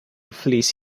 fleece